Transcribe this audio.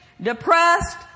depressed